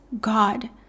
god